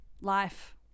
Life